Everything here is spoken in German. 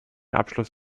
abschluss